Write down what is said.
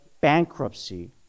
bankruptcy